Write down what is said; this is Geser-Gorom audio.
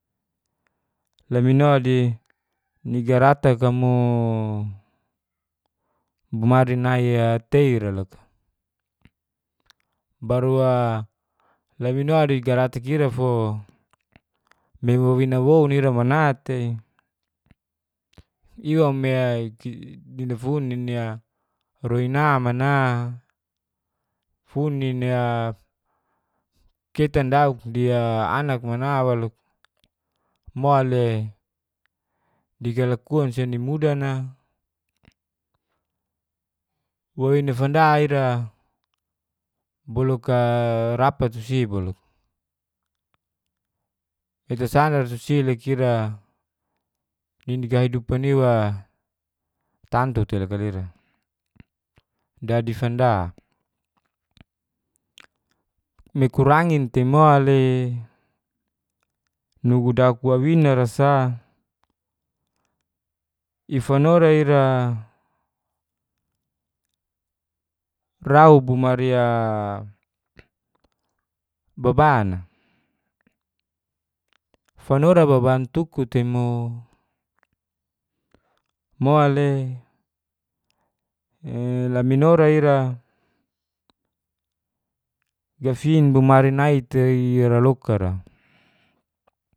Lamino di ni garatak a mooo bomari a nai tei a ra loka baru a lamino di garatak ira fo me wawina woun ira mana tei iwa me kitafun nini a roina mana fun nini a ketan dauk di anak mana waluk mo le di kalakuan si ni mudan a wawina fanda ira boluk a rapat tu si boluk le tasandar tu si loka ira nini kahidupan iwa tantu teloka lira dadi fanda. mekurangin te mo le nugu dauk wawina ra sa ifanora ira rau bo mari a baban a fanora baban tuku tei mo, mo le e laminora ira gafin bo mari nai tei ira loka ra